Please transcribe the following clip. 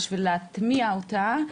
בשביל להטמיע אותה,